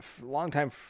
longtime